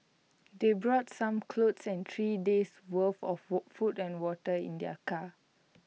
they brought some clothes and three days' worth of food and water in their car